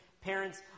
Parents